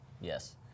Yes